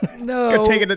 No